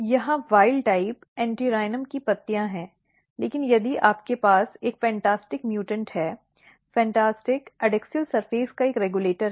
यह जंगली प्रकार Antirrhinum की पत्तियां हैं लेकिन यदि आपके पास एक fantastic म्युटेंट है FANTASTIC एडैक्सियल सतह का एक रेगुलेटर है